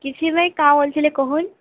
କିଛି ନାଇଁ କାଁ ବଲୁଥିଲେ କହୁନ୍